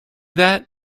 that